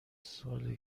ساله